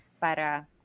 para